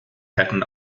pattern